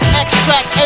extract